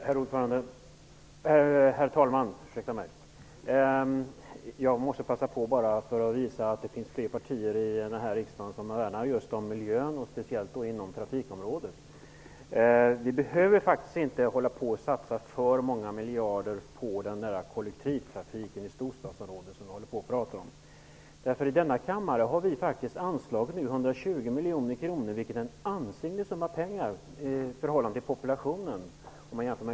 Herr talman! Jag har begärt replik bara för att visa att det finns fler partier här i riksdagen vilka värnar om miljön, speciellt inom trafikområdet. Vi behöver faktiskt inte satsa för många miljarder på den kollektivtrafik i storstadsområden som vi nu talar om. Vi har i denna kammare till bilforskning anslagit 120 miljoner kronor, vilket är en ansenlig summa pengar i förhållande till populationen.